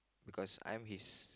because I'm his